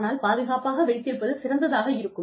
ஆனால் பாதுகாப்பாக வைத்திருப்பது சிறந்ததாக இருக்கும்